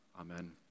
amen